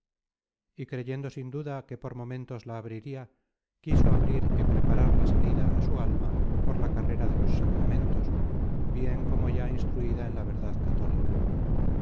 y creyendo sin duda que por momentos la abriria quiso abrir y preparar la salida á su alma por la carrera de los sacramentos bien como ya instruida en la verdad católica